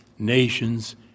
nations